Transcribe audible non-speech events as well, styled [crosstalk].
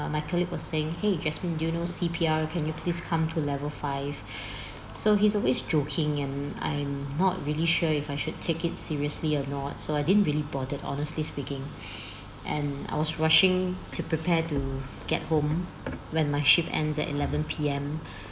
my colleague was saying !hey! jasmin do you know C_P_R can you please come to level five [breath] so he's always joking and I'm not really sure if I should take it seriously or not so I didn't really bothered honestly speaking [breath] and I was rushing to prepare to get home when my shift ends at eleven P_M